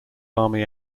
army